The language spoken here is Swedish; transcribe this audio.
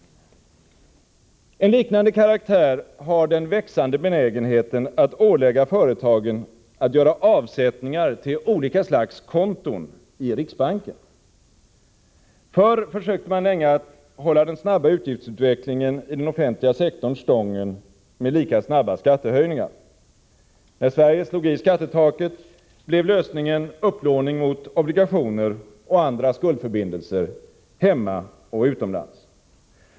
En liknande karaktär har den växande benägenheten att ålägga företagen att göra avsättningar till olika slags konton i riksbanken. Förr försökte man länge att hålla den snabba utgiftsutvecklingen i den offentliga sektorn stången med lika snabba skattehöjningar. När Sverige slog i skattetaket blev lösningen upplåning mot obligationer och andra skuldförbindelser — hemma och utomlands.